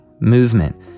movement